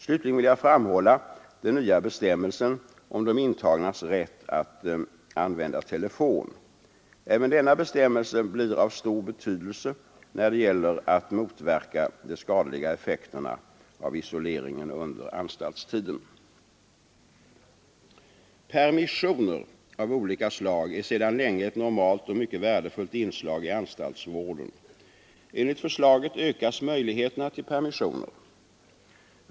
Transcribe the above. Vidare vill jag peka på den nya bestämmelsen om de intagnas rätt att använda telefon. Även denna bestämmelse blir av stor betydelse när det gäller att motverka de skadliga effekterna av isoleringen under anstaltstiden. Permissioner av olika slag är sedan länge ett normalt och mycket värdefullt inslag i anstaltsvården. Enligt förslaget ökas möjligheterna till permissioner.